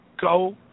go